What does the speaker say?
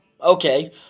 Okay